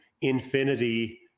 infinity